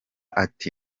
ati